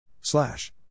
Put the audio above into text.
Slash